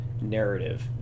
narrative